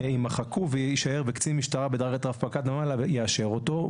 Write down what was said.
יימחקו ויישאר: "וקצין משטרה בדרגת רב פקד ומעלה יאשר אותו".